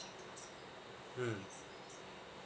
mm